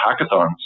hackathons